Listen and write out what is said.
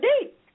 deep